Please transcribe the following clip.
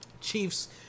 Chiefs